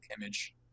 image